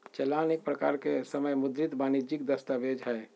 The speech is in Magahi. चालान एक प्रकार के समय मुद्रित वाणिजियक दस्तावेज हय